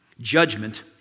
Judgment